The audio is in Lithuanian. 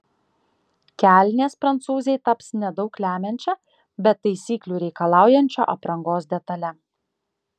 kelnės prancūzei taps nedaug lemiančia bet taisyklių reikalaujančia aprangos detale